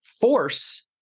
force